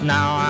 Now